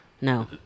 No